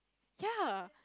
ya